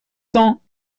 cent